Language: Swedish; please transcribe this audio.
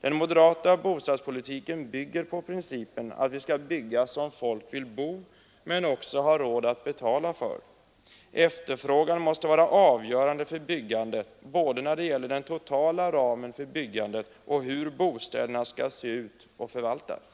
Den moderata bostadspolitiken grundar sig på principen att vi skall bygga som folk vill bo och även har råd att betala för. Efterfrågan måste vara avgörande när det gäller både den totala ramen för byggandet och frågan om hur bostäderna skall se ut och förvaltas.